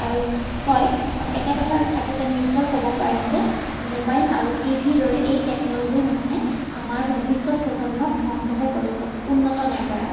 আৰু হয় এটা কথা আজিকালি নিশ্চয় ক'ব পাৰিম যে মোবাইল আৰু টিভিৰ দৰে এই টেকনলজিসমূহে আমাৰ ভৱিষ্যত প্ৰজন্মক ধ্বংসহে কৰিছে উন্নত নাই কৰা